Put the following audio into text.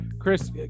Chris